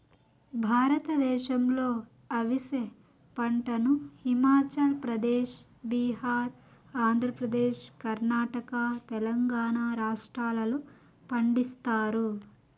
భారతదేశంలో అవిసె పంటను హిమాచల్ ప్రదేశ్, బీహార్, ఆంధ్రప్రదేశ్, కర్ణాటక, తెలంగాణ రాష్ట్రాలలో పండిస్తారు